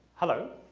hello.